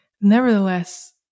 Nevertheless